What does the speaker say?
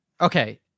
Okay